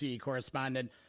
correspondent